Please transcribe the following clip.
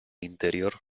interior